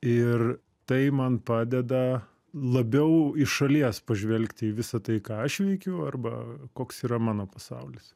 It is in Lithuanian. ir tai man padeda labiau iš šalies pažvelgti į visa tai ką aš veikiu arba koks yra mano pasaulis